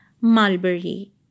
mulberry